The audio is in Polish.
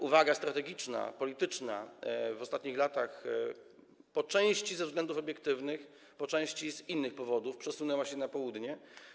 Uwaga strategiczna, polityczna w ostatnich latach, po części ze względów obiektywnych, po części z innych powodów, przesunęła się na południe.